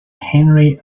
henry